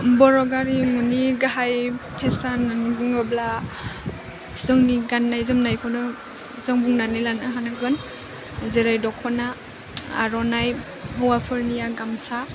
बर' हारिमुनि गाहाइ पेसान होननानै बुङोब्ला जोंनि गान्नाय जोमन्नायखौनो जों बुनानै लानो हानांगोन जेरै दख'ना आर'नाइ हौवाफोरनिया गामसा